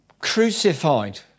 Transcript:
crucified